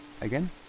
again